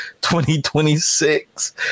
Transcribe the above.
2026